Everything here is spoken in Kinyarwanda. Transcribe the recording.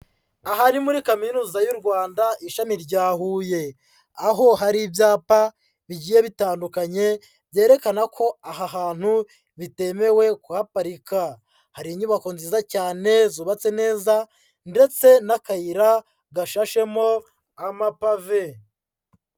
Aha ni muri Kaminuza y'u Rwanda ishami rya Huye, aho hari ibyapa bigiye bitandukanye byerekana ko aha hantu bitemewe kuhaparika, hari inyubako nziza cyane zubatse neza ndetse n'akayira gashashemo amapave.